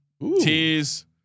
Tease